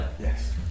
Yes